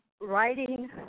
writing